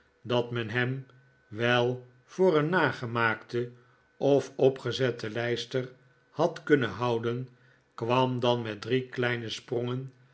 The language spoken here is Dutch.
dat men hem wel voor een nagemaakte of opgezette lijster had kunnen houden kwam dan met drie kleine sprongen